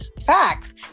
facts